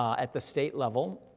at the state level,